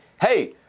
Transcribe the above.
hey